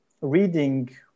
reading